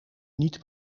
niet